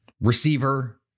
receiver